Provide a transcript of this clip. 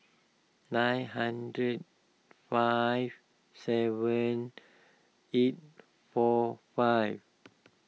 nine hundred five seven eight four five